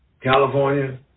California